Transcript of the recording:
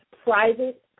private